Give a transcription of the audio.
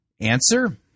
Answer